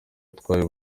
utwaye